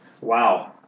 Wow